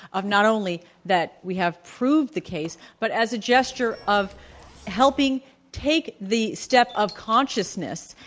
of not only that we have proved the case, but as a gesture of helping take the step of consciousness,